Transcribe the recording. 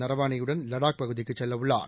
நரவானே யுடன் லடாக் பகுதிக்குச் செல்லவுள்ளார்